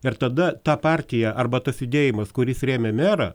ir tada ta partija arba tas judėjimas kuris rėmė merą